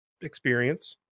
experience